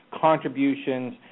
contributions